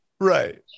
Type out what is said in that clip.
right